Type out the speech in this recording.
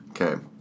Okay